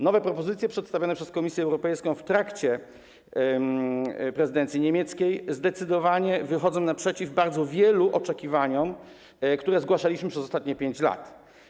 Nowe propozycje przedstawiane przez Komisję Europejską w trakcie prezydencji niemieckiej zdecydowanie wychodzą naprzeciw bardzo wielu oczekiwaniom, które zgłaszaliśmy przez ostatnie 5 lat.